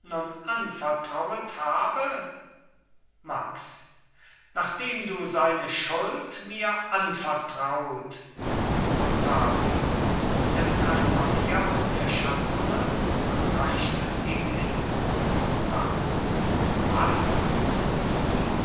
anvertrauet habe max nachdem du seine schuld mir anvertraut octavio nimmt ein papier aus der schatulle und reicht es ihm hin max was wie